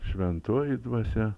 šventoji dvasia